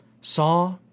saw